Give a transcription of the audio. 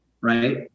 right